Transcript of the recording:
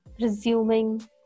resuming